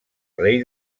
rei